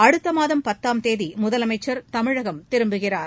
அடுத்த மாதம் பத்தாம் தேதி முதலமைச்சர் தமிழகம் திரும்புகிறார்